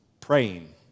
Praying